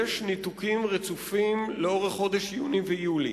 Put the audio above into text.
יש ניתוקים רצופים לאורך חודש יוני ויולי,